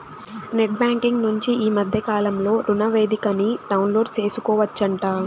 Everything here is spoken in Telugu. నెట్ బ్యాంకింగ్ నుంచి ఈ మద్దె కాలంలో రుణనివేదికని డౌన్లోడు సేసుకోవచ్చంట